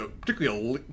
Particularly